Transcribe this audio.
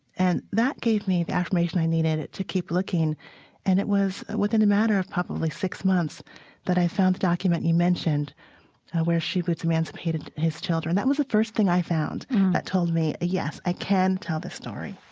and that gave me the affirmation i needed to keep looking and it was within a matter of probably six months that i found the document you mentioned where she was emancipated and his children. that was the first thing i found that told me, yes, i can tell the story